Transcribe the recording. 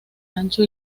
ancho